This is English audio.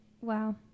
Wow